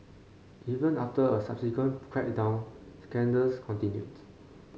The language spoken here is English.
even after a subsequent crackdown scandals continued